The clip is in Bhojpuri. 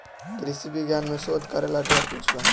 कृषि विज्ञान में शोध करेला ढेर कुछ बा